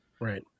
right